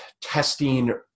testing